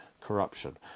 corruption